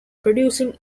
producing